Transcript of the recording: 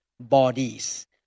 bodies